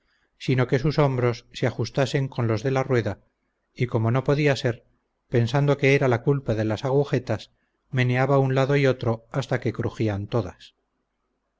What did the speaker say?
sino que sus hombros se ajustasen con los de la rueda y como no podía ser pensando que era la culpa de las agujetas meneaba un lado y otro hasta que crujían todas